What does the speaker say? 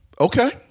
Okay